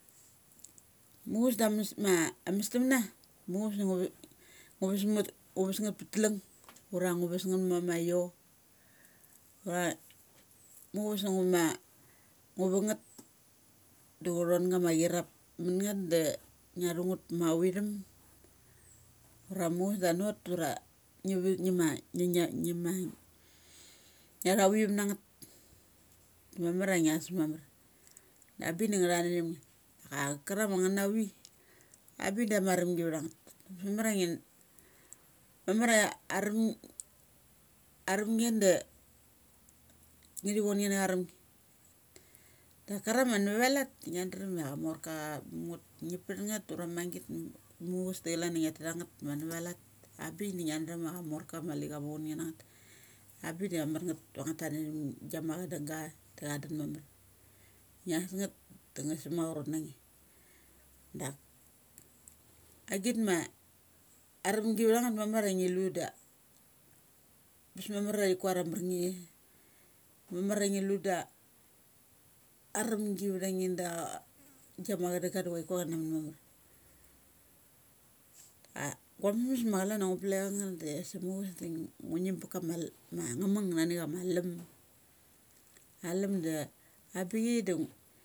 muchus da ames ma amestamna. muchuves da ngu ves ngeth patlung ura ngu ves ngeth ma ma aio. Va muchures da ngu ves ngeth da ngu thon gama irup mun ngeth ma vithum ura muchus da anot ura ngiva ngia tha vithum nangeth ma maria ngias mamar. Abik dama da nga thath na thum nge. Auk karong ma ngeth navi abik da ma arumgi vtha ngeth. Bes ma maia ngin, mamara arum, arum nge de ngathi vonge na cha aramgi. Da karang ma na va lat da ngia drem ia amorka mungeth ngi pat ngeth ura magit muchus da chalania ngia thangeth ma na va lat ambik da ngia drum ia amorka mali cha mu lunge ua ngeth. Abik da marngeth nga tath na thum na thum gia ma cha dung ga da cha dung ga da cha dun mamar. Ngias ngeth da nga thi suma acha rot na nge. Da agit ma aramgi vtha ngeth mamar a ngi lu da mamar a thi kuar a amarnge. Mamar angi lu da arumgi vtha nge da gia ma chadung ga da chuai ku ia chana man mamar. A gua mesmes ma chalan ia ngu piechangeth da sek muchys de ngu sek makama lat ma nga mung nani chama lum. Alum ola abi chai da ngu.